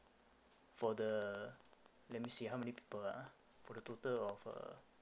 for the let me see how many people ah for the total of uh